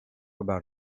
about